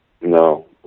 No